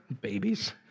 babies